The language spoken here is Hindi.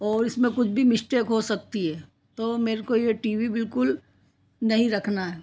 और इसमें कुछ भी मिश्टेक हो सकती है तो मेरेको ये टी वी बिल्कुल नहीं रखना है